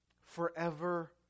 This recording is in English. forever